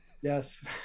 Yes